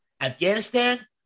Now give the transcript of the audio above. Afghanistan